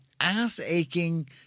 ass-aching